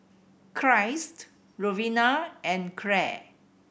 Christ Lovina and Clare